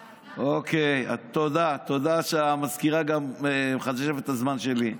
אוקיי, תודה שהמזכירה גם מחשבת את הזמן שלי.